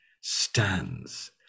stands